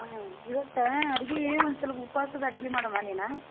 ಹಾಂ ಇವತ್ತಾ ಅಡ್ಗಿ ಒನ್ ಸಲ ಉಪವಾಸದ ಅಡ್ಗಿ ಮಾಡಮ ನೀನು